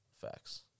Facts